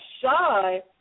shy